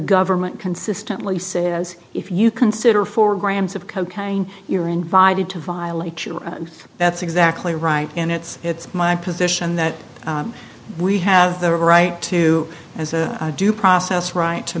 government consistently says if you consider four grams of cocaine you're invited to violate your that's exactly right and it's it's my position that we have the right to due process right to